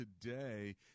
today